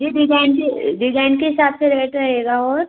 जी design से design के हिसाब से रेट रहेगा और